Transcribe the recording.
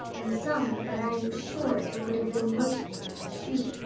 and some that i am sure it would have been merciful to shoot.